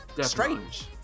strange